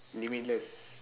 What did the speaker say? limitless